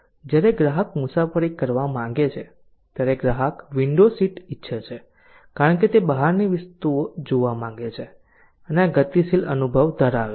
જ્યારે ગ્રાહક મુસાફરી કરવા માંગે છે ત્યારે ગ્રાહક વિન્ડો સીટ ઇચ્છે છે કારણ કે તે બહારની વસ્તુઓ જોવા માંગે છે અને આ ગતિશીલ અનુભવ ધરાવે છે